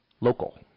local